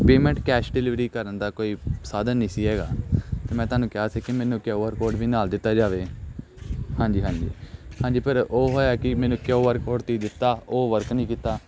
payment cash delivery ਕਰਨ ਦਾ ਕੋਈ ਸਾਧਨ ਨਹੀਂ ਸੀ ਹੈਗਾ ਅਤੇ ਮੈਂ ਤੁਹਾਨੂੰ ਕਿਹਾ ਸੀ ਕਿ ਮੈਨੂੰ ਕਿਊ ਆਰ ਕੋਡ ਵੀ ਨਾਲ ਦਿੱਤਾ ਜਾਵੇ ਹਾਂਜੀ ਹਾਂਜੀ ਹਾਂਜੀ ਪਰ ਉਹ ਹੋਇਆ ਕੀ ਮੈਨੂੰ ਕਿਊ ਆਰ ਕੋਡ ਤੁਸੀਂ ਦਿੱਤਾ ਉਹ ਵਰਕ ਨਹੀਂ ਕੀਤਾ